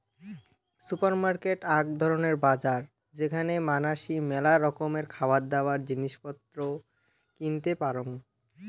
supermarket আক ধরণের বাজার যেখানে মানাসি মেলা রকমের খাবারদাবার, জিনিস পত্র কিনতে পারং